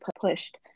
pushed